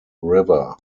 river